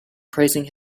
praising